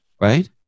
Right